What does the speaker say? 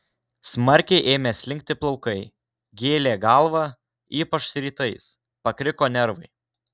smarkiai ėmė slinkti plaukai gėlė galvą ypač rytais pakriko nervai